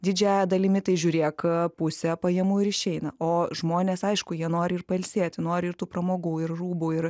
didžiąja dalimi tai žiūrėk pusė pajamų ir išeina o žmonės aišku jie nori ir pailsėt nori ir tų pramogų ir rūbų ir